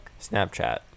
snapchat